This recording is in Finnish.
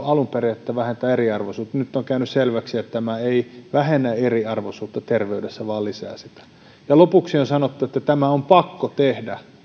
alun perin sillä että se vähentää eriarvoisuutta nyt on käynyt selväksi että tämä ei vähennä eriarvoisuutta tervey dessä vaan lisää sitä ja lopuksi on sanottu että tämä on pakko tehdä